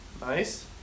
Nice